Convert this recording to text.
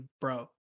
bro